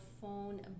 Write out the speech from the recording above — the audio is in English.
phone